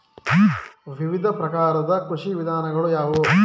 ವಿವಿಧ ಪ್ರಕಾರದ ಕೃಷಿ ವಿಧಾನಗಳು ಯಾವುವು?